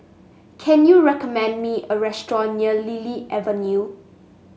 can you recommend me a restaurant near Lily Avenue